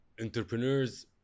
entrepreneurs